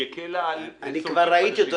היא הקלה על --- אני כבר ראיתי אותו,